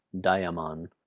diamond